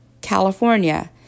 California